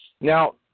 Now